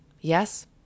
Yes